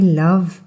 love